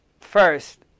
first